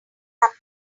relax